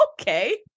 okay